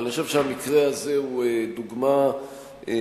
אבל אני חושב שהמקרה הזה הוא דוגמה מאפיינת